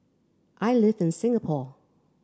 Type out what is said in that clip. I live in Singapore